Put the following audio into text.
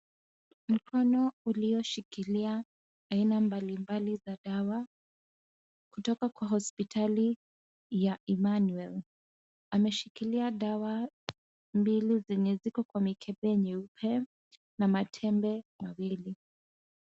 Mkono ulio shikilia aina mbalimbali za dawa kutoka kwa hospitali ya Emmanuel. Ameshikilia dawa mbili zenye ziko kwa mikebe nyeupe na matembe mawili.